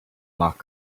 rock